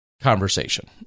conversation